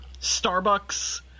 Starbucks